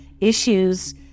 issues